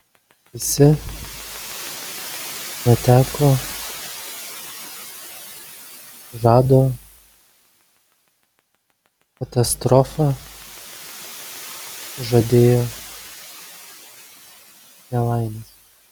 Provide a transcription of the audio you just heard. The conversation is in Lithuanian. visi neteko žado katastrofa žadėjo nelaimes